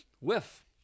whiff